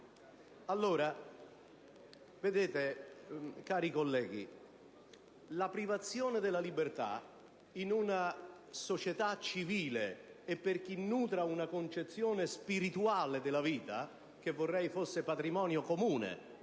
non esiste più. Cari colleghi, la privazione della libertà, in una società civile e per chi nutra una concezione spirituale della vita (che vorrei fosse patrimonio comune,